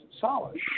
solid